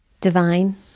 divine